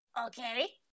Okay